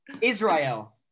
Israel